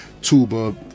tuba